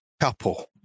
couple